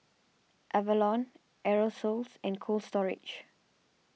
Avalon Aerosoles and Cold Storage